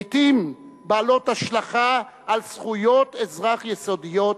לעתים בעלות השלכה על זכויות אזרח יסודיות,